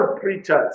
preachers